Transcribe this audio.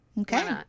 Okay